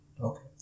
okay